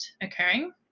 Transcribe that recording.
occurring